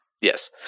Yes